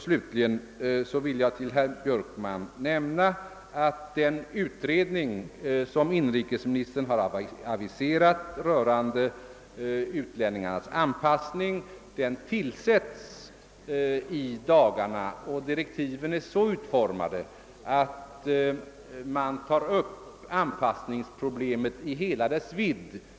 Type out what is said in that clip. Slutligen vill jag till herr Björkman nämna att den utredning som inrikes ministern aviserat rörande utlänningarnas anpassning tillsättes i dagarna. Direktiven för denna är så utformade att man kommer att ta upp anpassningsproblemet i hela dess vidd.